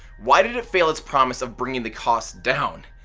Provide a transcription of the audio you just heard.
why did it fail its promise of bringing the cost down?